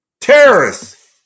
terrorists